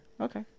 Okay